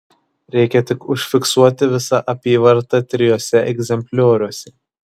reikia tik užfiksuoti visą apyvartą trijuose egzemplioriuose